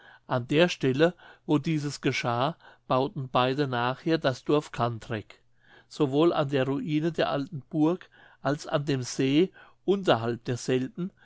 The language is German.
an der stelle wo dieses geschah bauten beide nachher das dorf cantrek sowohl an der ruine der alten burg als an dem see unterhalb derselben